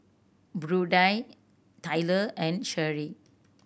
Prudie Tayla and Sheri